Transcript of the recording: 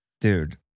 dude